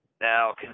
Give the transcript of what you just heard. Now